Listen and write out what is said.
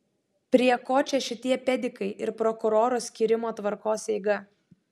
prie ko čia šitie pedikai ir prokuroro skyrimo tvarkos eiga